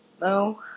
No